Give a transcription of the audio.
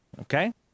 Okay